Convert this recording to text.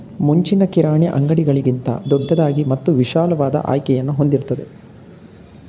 ಮುಂಚಿನ ಕಿರಾಣಿ ಅಂಗಡಿಗಳಿಗಿಂತ ದೊಡ್ದಾಗಿದೆ ಮತ್ತು ವಿಶಾಲವಾದ ಆಯ್ಕೆಯನ್ನು ಹೊಂದಿರ್ತದೆ